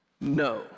no